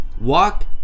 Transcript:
Walk